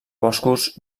boscos